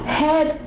head